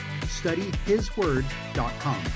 studyhisword.com